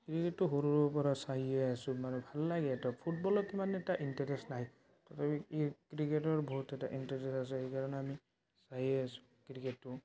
ক্ৰিকেটটো সৰুৰে পৰা চায়েই আছোঁ মানে ভাল লাগে এইটো ফুটবলত ইমান এটা ইণ্টাৰেষ্ট নাই তথাপি এই ক্ৰিকেটত বহুত এটা ইণ্টাৰেষ্ট আছে সেইকাৰণে আমি চায়েই আছোঁ ক্ৰিকেটটো